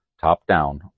top-down